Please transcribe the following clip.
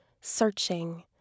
searching